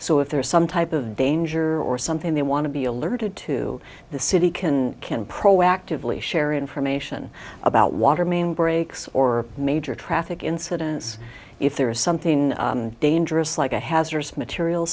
so if there is some type of danger or something they want to be alerted to the city can can proactively share information about water main breaks or major traffic incidents if there is something dangerous like a